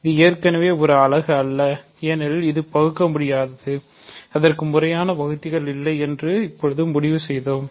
இது ஏற்கனவே ஒரு அலகு அல்ல ஏனெனில் அது பகுக்கமுடியாதது அதற்கு முறையான வகுத்திகள் இல்லை என்று இப்போது முடிவு செய்தோம்